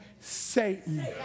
Satan